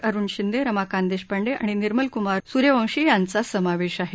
अरुण शिंदे रमाकांत देशपांडे आणि निर्मलक्मार सूर्यवंशी यांचा समावेश आहे